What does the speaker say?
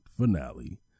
finale